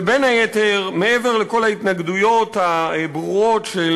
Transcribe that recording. בין היתר, מעבר לכל ההתנגדויות הברורות של